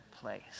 place